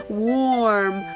warm